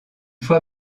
fois